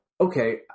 Okay